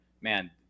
man